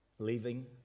leaving